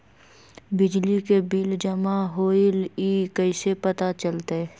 बिजली के बिल जमा होईल ई कैसे पता चलतै?